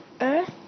Earth